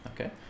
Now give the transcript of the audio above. Okay